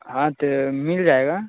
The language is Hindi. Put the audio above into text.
हाँ ते मिल जाएगा